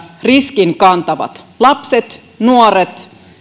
riskin kantavat lapset nuoret